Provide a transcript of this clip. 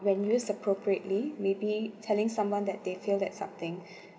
when used appropriately maybe telling someone that they failed at something